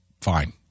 fine